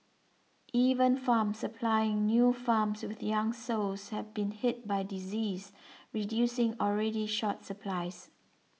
even farms supplying new farms with young sows have been hit by disease reducing already short supplies